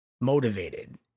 Motivated